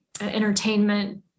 entertainment